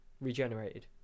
Regenerated